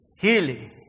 healing